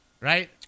Right